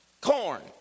corn